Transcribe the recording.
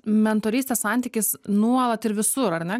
mentorystės santykis nuolat ir visur ar ne